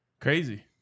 Crazy